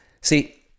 See